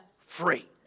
free